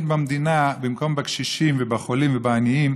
במדינה במקום בקשישים ובחולים ובעניים,